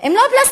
הם לא פלסטלינה.